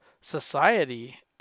Society